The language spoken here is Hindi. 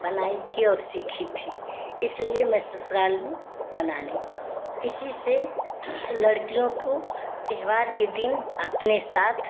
बनाई थी और सीखी थी इसलिए मैं ससुराल में बना ली इसी से लड़कियों को त्योहार के दिन अपने साथ